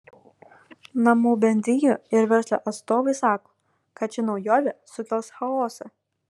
namų bendrijų ir verslo atstovai sako kad ši naujovė sukels chaosą